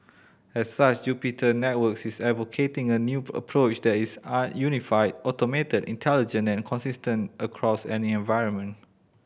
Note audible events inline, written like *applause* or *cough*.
as such *unintelligible* Networks is advocating a new *unintelligible* approach that is an unified automated intelligent and consistent across any environment